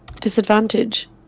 disadvantage